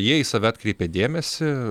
jie į save atkreipė dėmesį